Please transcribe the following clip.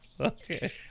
okay